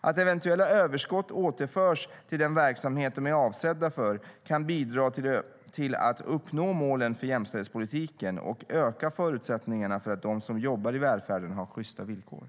Att eventuella överskott återförs till den verksamhet de är avsedda för kan bidra till att uppnå målen för jämställdhetspolitiken och öka förutsättningarna för att de som jobbar i välfärden har sjysta villkor.